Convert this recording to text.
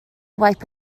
wipe